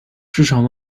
市场